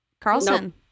Carlson